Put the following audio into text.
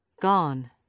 Gone